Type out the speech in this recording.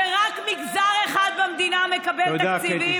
שרק מגזר אחד במדינה מקבל תקציבים,